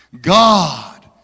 God